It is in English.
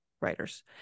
writers